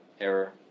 error